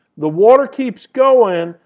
the water keeps going.